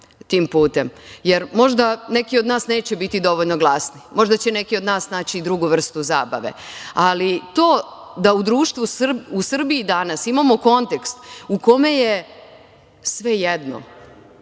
tim putem, jer možda neki od nas neće biti dovoljno glasni, možda će neki od nas naći i drugu vrstu zabave, ali to da u društvu, da u Srbiji danas imamo kontekst u kome je svejedno,